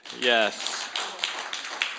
Yes